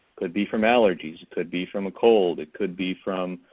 could be from allergies, could be from a cold, it could be from